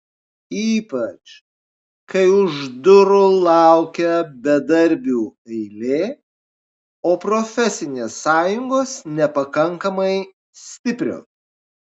ypač kai už durų laukia bedarbių eilė o profesinės sąjungos nepakankamai stiprios